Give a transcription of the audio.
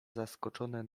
zaskoczone